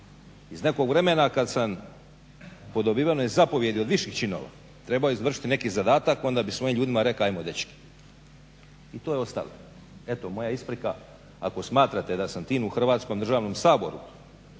iz nekog vremena kada sam po dobivenoj zapovjedi od viših činova trebao izvršiti neki zadatak onda bi svojim ljudima rekao ajmo dečki. I to je ostalo. Eto moja isprika, ako smatrate da sam tim u Hrvatskom državnom saboru